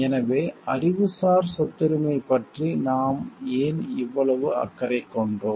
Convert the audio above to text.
எனவே அறிவுசார் சொத்துரிமை பற்றி நாம் ஏன் இவ்வளவு அக்கறை கொண்டோம்